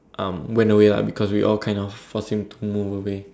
um went away lah because we all kinda force him to move away